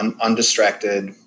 undistracted